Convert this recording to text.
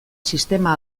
sistema